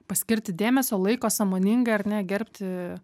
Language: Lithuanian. paskirti dėmesio laiko sąmoningai ar ne gerbti